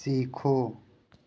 सीखो